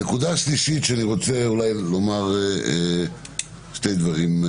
אני רוצה לומר שני דברים: